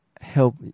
help